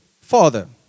Father